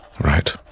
Right